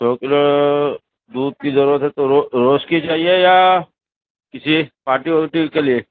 سو kilo دودھ کی ضرورت ہے تو رو روز کی چاہیے یا کسی پارٹی وارٹی کے لیے